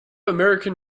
american